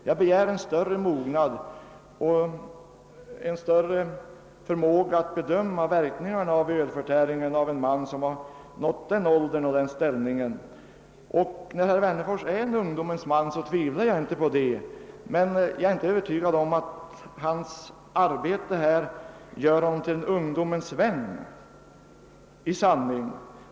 Jag begär en större mognad och en större förmåga att bedöma verkningarna av ölförtäring av en man som nått den åldern och den ställningen att han är officer. Jag tvivlar inte på att herr Wennerfors är en ungdomens man, men jag är inte övertygad om att hans ställningstagande i detta fall gör honom till en ungdomens vän.